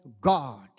God